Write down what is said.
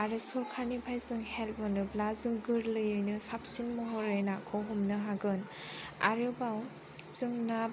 आरो सरखारनिफ्राय जों हेल्प मोनोब्ला जों गोरलैयैनो साबसिन महरै नाखौ हमनो हागोन आरोबाव जों ना